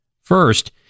First